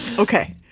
okay,